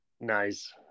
Nice